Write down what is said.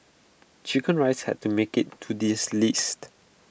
Chicken Rice had to make IT to this list